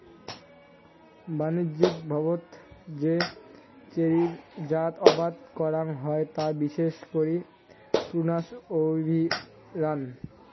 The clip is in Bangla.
বাণিজ্যিকভাবত যে চেরির জাত আবাদ করাং হই তা বিশেষ করি প্রুনাস অভিয়াম